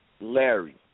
Larry